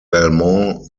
belmont